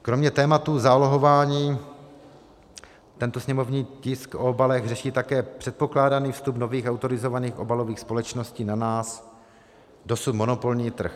Kromě tématu zálohování tento sněmovní tisk o obalech řeší také předpokládaný vstup nových autorizovaných obalových společností na náš dosud monopolní trh.